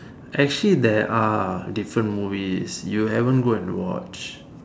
actually there are different movies you haven't go and watch